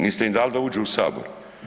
Niste im dali da uđu u Sabor.